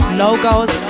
logos